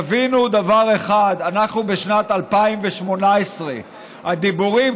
תבינו דבר אחד: אנחנו בשנת 2018. הדיבורים